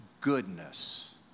goodness